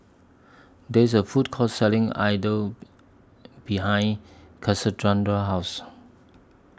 There IS A Food Court Selling idle behind House